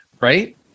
right